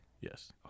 Yes